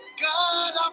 God